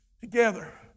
together